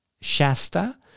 Shasta